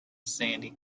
sandy